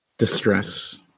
distress